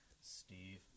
Steve